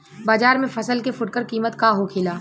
बाजार में फसल के फुटकर कीमत का होखेला?